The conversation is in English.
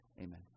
Amen